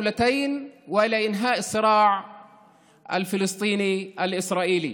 המדינות ולסיום הסכסוך הפלסטיני הישראלי.